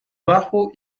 bajo